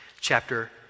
chapter